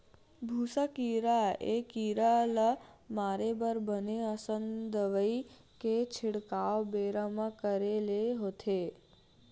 भूसा कीरा ए कीरा ल मारे बर बने असन दवई के छिड़काव बेरा म करे ले होथे